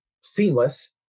seamless